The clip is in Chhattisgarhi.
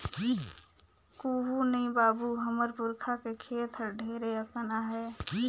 कुहू नइ बाबू, हमर पुरखा के खेत हर ढेरे अकन आहे